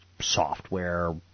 software